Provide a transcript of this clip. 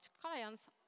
clients